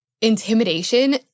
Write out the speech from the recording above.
intimidation